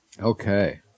Okay